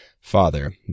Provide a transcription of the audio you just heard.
father